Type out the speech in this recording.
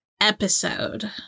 episode